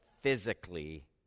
physically